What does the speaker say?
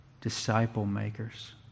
disciple-makers